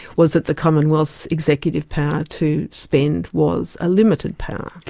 was that the commonwealth's executive power to spend was a limited power.